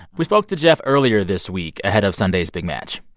we spoke to jeff earlier this week ahead of sunday's big match